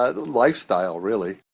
ah ah lifestyle really,